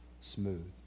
smooth